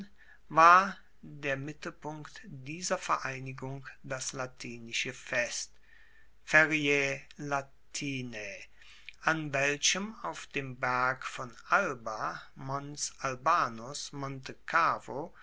war der mittelpunkt dieser vereinigung das latinische fest feriae latinae an welchem auf dem berg von alba